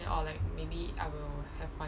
or like maybe I will have one